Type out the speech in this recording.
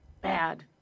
bad